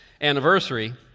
anniversary